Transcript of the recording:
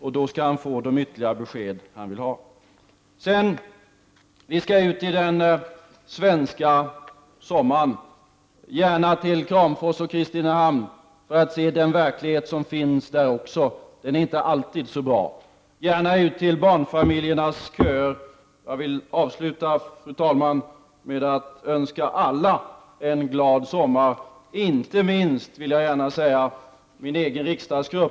Då skall statsministern få de ytterligare besked han vill ha. Vi skall ut i den svenska sommaren, gärna till Kramfors och Kristinehamn för att se den verklighet — den är inte alltid så fin — som finns där. Vi skall gärna ta del av de köer barnfamiljerna står i. Fru talman! Jag vill avsluta med att önska alla en glad sommar, inte minst min egen riksdagsgrupp.